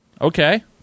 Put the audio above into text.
Okay